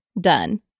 done